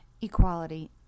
Equality